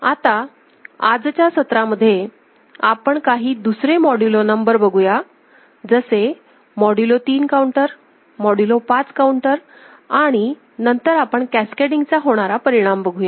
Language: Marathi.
आता आजच्या सत्रा मध्ये आपण काही दुसरे मॉड्यूलो नंबर बघूया जसे मॉड्युलो ३ काउंटर मॉड्युलो ५ काउंटर आणि नंतर आपण कॅस्केडिंगचा होणारा परिणाम बघूया